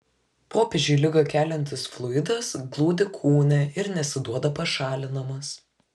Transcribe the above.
popiežiui ligą keliantis fluidas glūdi kūne ir nesiduoda pašalinamas